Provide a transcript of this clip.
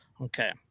Okay